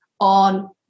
on